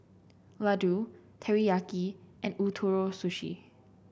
Ladoo Teriyaki and Ootoro Sushi